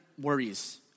worries